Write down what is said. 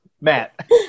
Matt